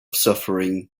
suffering